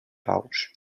bous